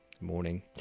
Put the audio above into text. morning